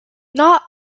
not